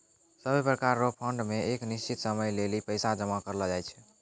सभै प्रकार रो फंड मे एक निश्चित समय लेली पैसा जमा करलो जाय छै